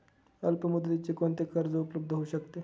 अल्पमुदतीचे कोणते कर्ज उपलब्ध होऊ शकते?